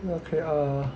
okay err